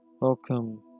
Welcome